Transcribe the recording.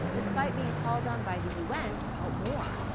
despite being called on by the un to help more.